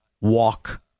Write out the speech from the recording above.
walk